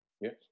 yes